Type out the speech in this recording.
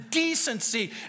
Decency